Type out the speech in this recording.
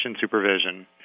supervision